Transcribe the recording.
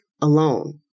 alone